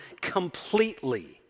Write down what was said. completely